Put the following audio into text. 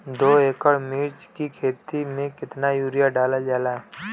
दो एकड़ मिर्च की खेती में कितना यूरिया डालल जाला?